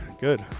Good